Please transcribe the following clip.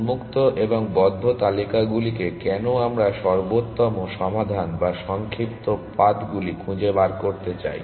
উন্মুক্ত এবং বদ্ধ তালিকা গুলিকে কেন আমরা সর্বোত্তম সমাধান বা সংক্ষিপ্ততম পাথগুলি খুঁজে বের করতে চাই